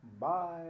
bye